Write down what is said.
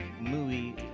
movie